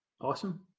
Awesome